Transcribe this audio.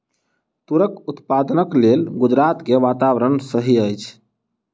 तूरक उत्पादनक लेल गुजरात के वातावरण सही अछि